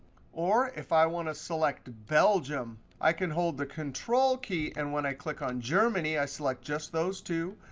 or if i want to select belgium, i can hold the control key. and when i click on germany, i select just those two.